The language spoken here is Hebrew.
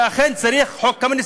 שאכן צריך את חוק קמיניץ,